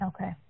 Okay